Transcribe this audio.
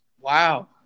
Wow